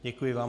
Děkuji vám.